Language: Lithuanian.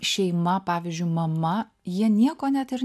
šeima pavyzdžiui mama jie nieko net ir